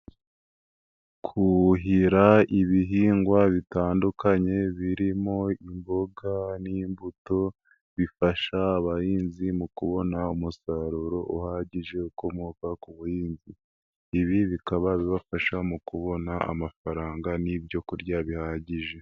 Kuhira ibihingwa bitandukanye birimo imboga n'imbuto bifasha abahinzi mu kubona umusaruro uhagije ukomoka ku buhinzi, ibi bikaba bibafasha mu kubona amafaranga n'ibyo kurya bihagije.